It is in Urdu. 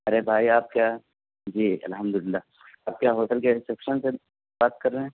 ارے بھائی آپ کیا جی الحمد للہ آپ کیا ہوٹل کے ریسپیشن سے بات کر رہے ہیں